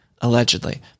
allegedly